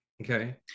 Okay